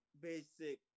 basic